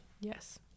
Yes